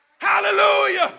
Hallelujah